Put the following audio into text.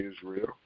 Israel